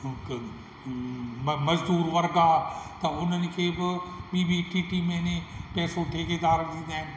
म मज़दूरु वर्गु आहे त उन खे बि ॿीं ॿीं टीं टीं महिने पैसो ठेकेदार ॾींदा आहिनि